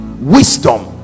wisdom